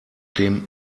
dem